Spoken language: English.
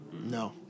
No